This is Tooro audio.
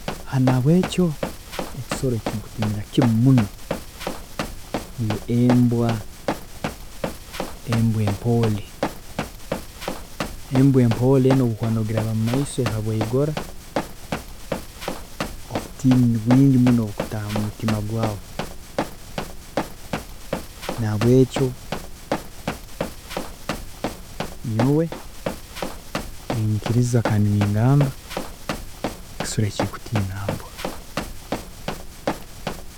Nahabwekyo ekisolo ekinkutiinira kimu muno niyo embwa, embwa empoore, embwa empoore nobu okuba nogiraba mumaiso ekaboogora, obutiini nibwingi obukutaaha mumutima gwaawe, nahabwekyo nyowe ninyikiriza kandi ningamba nti ekisoro ekinkutiina mbwa.